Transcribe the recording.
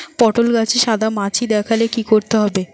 পটলে গাছে সাদা মাছি দেখালে কি করতে হবে?